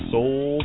Soul